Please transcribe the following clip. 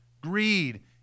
greed